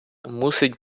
мусить